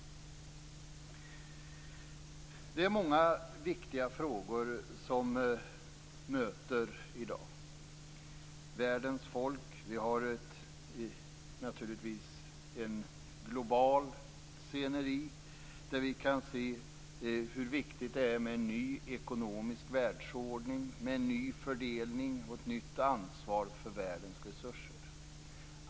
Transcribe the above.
Det är många viktiga frågor som möter oss i dag. Vi har ett globalt sceneri där vi kan se hur viktigt det är med en ny ekonomisk världsordning, med en ny fördelning och ett nytt ansvar för världens resurser.